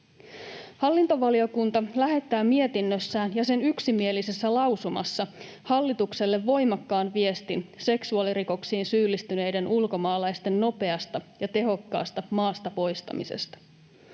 Hallintovaliokunta lähettää mietinnössään ja sen yksimielisessä lausumassa hallitukselle voimakkaan viestin seksuaalirikoksiin syyllistyneiden ulkomaalaisten nopeasta ja tehokkaasta maasta poistamisesta.